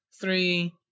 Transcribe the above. three